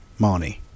Marnie